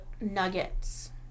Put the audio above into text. nuggets